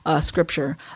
scripture